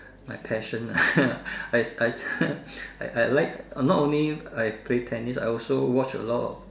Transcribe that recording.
my passion ah I I I like not only I play tennis I also watch a lot of